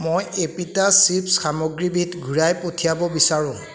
মই এপিটাছ চিপ্ছ সামগ্ৰীবিধ ঘূৰাই পঠিয়াব বিচাৰোঁ